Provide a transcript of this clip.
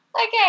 okay